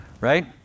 right